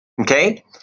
okay